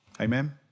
Amen